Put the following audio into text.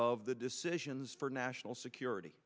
of the decisions for national security